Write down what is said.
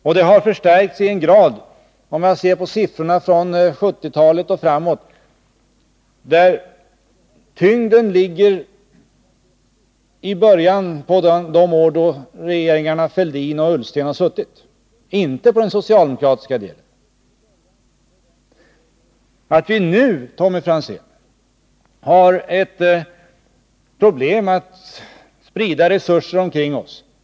Om man ser på siffrorna från 1970-talet och framåt ligger tyngdpunkten och förstärkningarna i början av de år då regeringarna Fälldin och Ullsten hade ansvaret — inte under den socialdemokratiska tiden. I dag har vi, Tommy Franzén, problem att sprida resurser omkring oss.